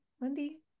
Wendy